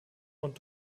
und